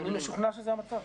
אני משוכנע שזה המצב.